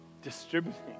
distributing